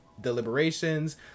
deliberations